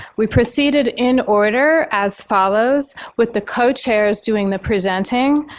we proceeded in order as follows with the co-chairs doing the presenting.